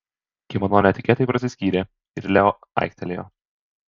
kimono netikėtai prasiskyrė ir leo aiktelėjo